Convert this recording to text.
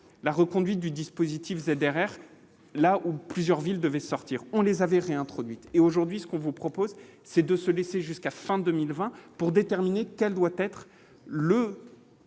la reconduite du dispositif ZRR là où plusieurs villes devaient sortir, on les avait réintroduite et aujourd'hui ce qu'on vous propose, c'est de se laisser jusqu'à fin 2020 pour déterminer quel doit être le